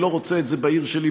אני לא רוצה את זה בעיר שלי,